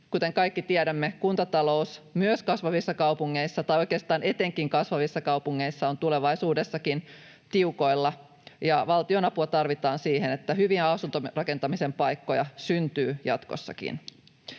Kuten kaikki tiedämme, kuntatalous, myös kasvavissa kaupungeissa — tai oikeastaan etenkin kasvavissa kaupungeissa — on tulevaisuudessakin tiukoilla, ja valtionapua tarvitaan siihen, että hyviä asuntorakentamisen paikkoja syntyy jatkossakin.